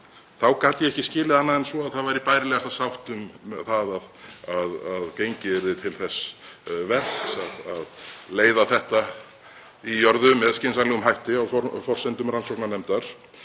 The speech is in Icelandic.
gat ég ekki skilið annað en svo að það væri bærilegasta sátt um það að gengið yrði til þess verks að leiða þetta í jörðu með skynsamlegum hætti á forsendum rannsóknarnefndar.